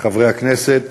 חברי הכנסת,